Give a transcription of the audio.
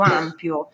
ampio